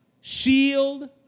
shield